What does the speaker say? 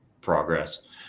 progress